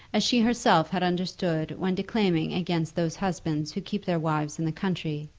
as she herself had understood when declaiming against those husbands who keep their wives in the country